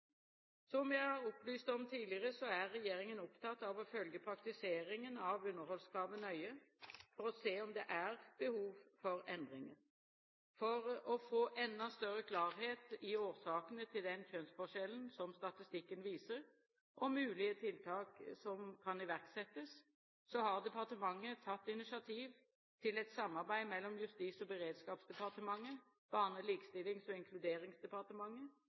Som jeg har opplyst om tidligere, er regjeringen opptatt av å følge praktiseringen av underholdskravet nøye for å se om det er behov for endringer. For å få enda større klarhet i årsakene til den kjønnsforskjellen som statistikken viser, og mulige tiltak som kan iverksettes, har departementet tatt initiativ til et samarbeid mellom Justis- og beredskapsdepartementet, Barne-, likestillings- og inkluderingsdepartementet